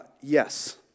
yes